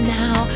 now